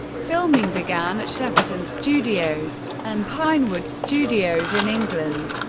filming began at shepperton studios and pinewood studios in england.